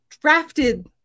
drafted